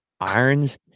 irons